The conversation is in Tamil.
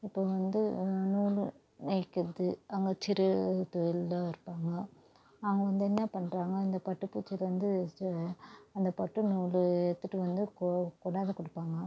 இப்போ வந்து நூலு நெய்க்கறது அங்க சிறுத்தொழில்தான் இருப்பாங்கள் அவங்க வந்து என்ன பண்ணுறாங்க இந்த பட்டுப்பூச்சிக்கு வந்து ஃபஸ்ட்டு அந்த பட்டு நூல் எடுத்துகிட்டு வந்து கொ கொண்டாந்து கொடுப்பாங்கள்